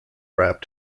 wrap